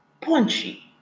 punchy